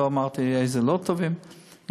לא אמרתי איזה לא טובים.